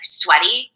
sweaty